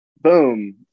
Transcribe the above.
boom